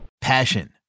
Passion